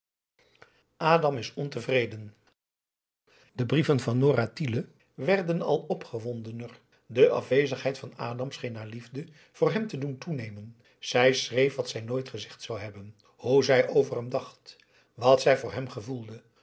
adam is ontevreden de brieven van nora tiele werden al opgewondener de afwezigheid van adam scheen haar liefde voor hem te doen toenemen zij schreef wat zij nooit gezegd zou hebben hoe zij over hem dacht wat zij voor hem gevoelde